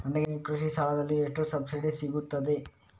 ನನಗೆ ಕೃಷಿ ಸಾಲದಲ್ಲಿ ಎಷ್ಟು ಸಬ್ಸಿಡಿ ಸೀಗುತ್ತದೆ?